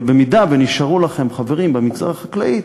אבל במידה שנשארו לכם חברים במגזר החקלאי,